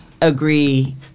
agree